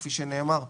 כפי שנאמר פה.